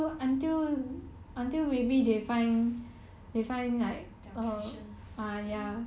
then they planning to like not go uni at all already ah or